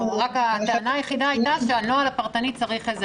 הטענה היחידה הייתה שהנוהל הפרטני מחייב שייקבע קודם נוהל כללי.